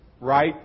right